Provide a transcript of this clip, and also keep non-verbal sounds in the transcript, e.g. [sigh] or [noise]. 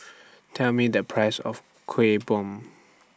[noise] Tell Me The Price of Kueh Bom